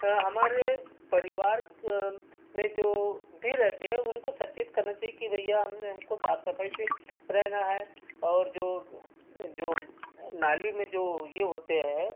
हमारे परिवार में जो भी रहते हैं उनको सचेत करना चहिए कि भईया हमने हमको साफ़ सफ़ाई से रहना है और जो जो नाली में जो यह होते हैं